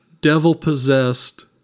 devil-possessed